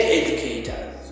educators